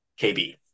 KB